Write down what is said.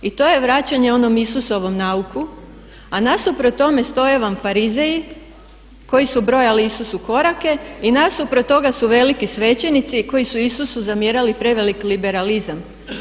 I to je vraćanjem onom Isusovom nauku a nasuprot tome stoje vam Farizeji koji su brojali Isusu korake i nasuprot toga su veliki svećenici koji su Isusu zamjerali prevelik liberalizam.